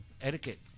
etiquette